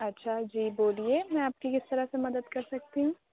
اچھا جی بولیے میں آپ کی کس طرح سے مدد کر سکتی ہوں